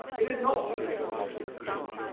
it is not to enable social cohesion,